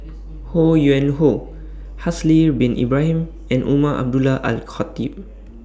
Ho Yuen Hoe Haslir Bin Ibrahim and Umar Abdullah Al Khatib